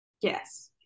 Yes